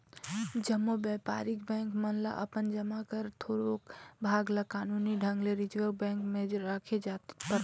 जम्मो बयपारिक बेंक मन ल अपन जमा कर थोरोक भाग ल कानूनी ढंग ले रिजर्व बेंक जग राखेक परथे